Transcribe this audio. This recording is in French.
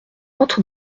entre